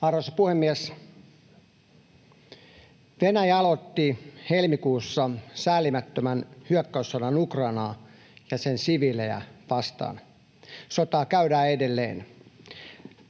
Arvoisa puhemies! Venäjä aloitti helmikuussa säälimättömän hyökkäyssodan Ukrainaa ja sen siviilejä vastaan. Sotaa käydään edelleen.